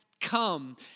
come